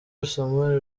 samuel